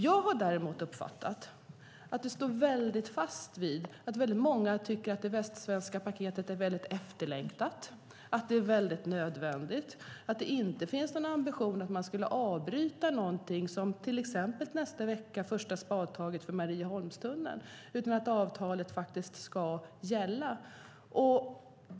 Jag har uppfattat att många tycker att det västsvenska paketet är väldigt efterlängtat och väldigt nödvändigt och att det inte finns någon ambition att avbryta någonting, som till exempel första spadtaget för Marieholmstunneln nästa vecka, utan att avtalet ska gälla.